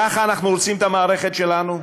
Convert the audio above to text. כך אנחנו רואים את המערכת שלנו?